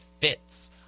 fits